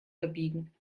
verbiegen